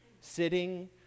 Sitting